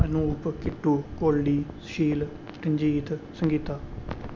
Anoop Kittu Kohli Sushil Ranjit Sangeeta